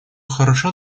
хорошо